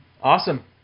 Awesome